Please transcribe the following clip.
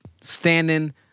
standing